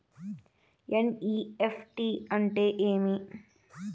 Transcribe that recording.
NEFT అంటే ఏమి